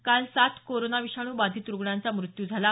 काल सात कोरोना विषाणू बाधित रुग्णांचा मृत्यू झाला